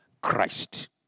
Christ